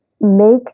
make